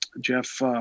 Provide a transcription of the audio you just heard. Jeff